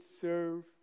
serve